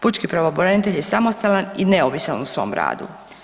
Pučki pravobranitelj je samostalan i neovisan u svom radu.